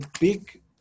big